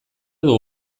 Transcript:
dugu